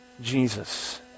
Jesus